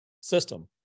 system